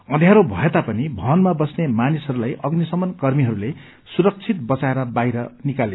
अन्ध्यारो भए तापनि भवनमा बस्ने मानिसहरूलाई अग्निशमन कर्मीहरूले सुरक्षित बचाएर बाहिर निकाले